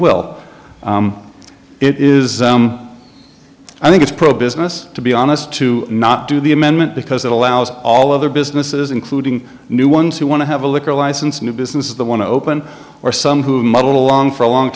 well it is i think it's pro business to be honest to not do the amendment because it allows all other businesses including new ones who want to have a liquor license new businesses that want to open or some who muddle along for a long